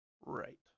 Right